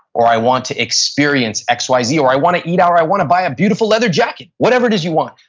or, i want to experience x, y, z, or, i want to eat or i want to by a beautiful leather jacket. whatever it is you want.